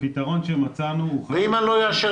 הפתרון שמצאנו הוא --- ואם אני לא אאשר